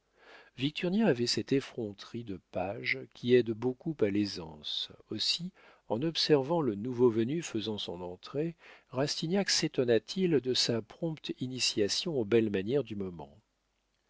victurnien avait cette effronterie de page qui aide beaucoup à l'aisance aussi en observant le nouveau venu faisant son entrée rastignac sétonna t il de sa prompte initiation aux belles manières du moment